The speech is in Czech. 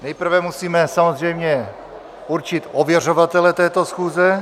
Nejprve musíme samozřejmě určit ověřovatele této schůze.